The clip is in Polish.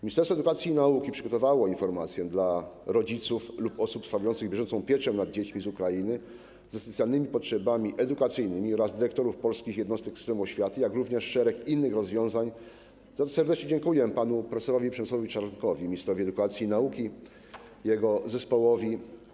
Ministerstwo Edukacji i Nauki przygotowało informację dla rodziców i osób sprawujących bieżącą pieczę nad dziećmi z Ukrainy ze specjalnymi potrzebami edukacyjnymi oraz dyrektorów polskich jednostek systemu oświaty, jak również szereg innych rozwiązań, za co serdecznie dziękuję panu prof. Przemysławowi Czarnkowi, ministrowi edukacji i nauki, i jego zespołowi.